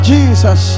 Jesus